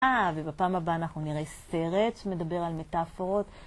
אה, ובפעם הבאה אנחנו נראה סרט שמדבר על מט